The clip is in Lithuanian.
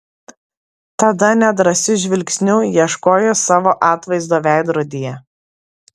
tada nedrąsiu žvilgsniu ieškojo savo atvaizdo veidrodyje